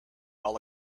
all